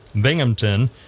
Binghamton